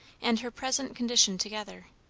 and her present condition together,